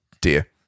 Dear